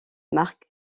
marque